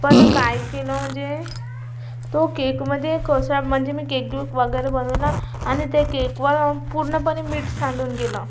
पण काय केलं म्हणजे तो केकमध्ये कशा म्हणजे मी केक वगैरे बनवला आणि त्या केकवर पूर्णपणे मीठ सांडून गेलं